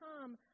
come